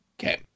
Okay